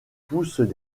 poussent